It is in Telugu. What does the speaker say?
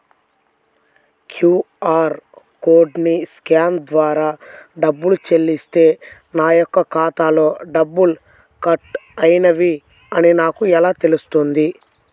క్యూ.అర్ కోడ్ని స్కాన్ ద్వారా డబ్బులు చెల్లిస్తే నా యొక్క ఖాతాలో డబ్బులు కట్ అయినవి అని నాకు ఎలా తెలుస్తుంది?